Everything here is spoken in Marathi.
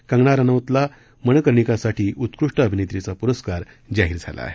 कंगणा राणौतला मणिकर्णिकासाठी उत्कृष्ट अभिनेत्रीचा पुरस्कार जाहीर झाला आहे